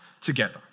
together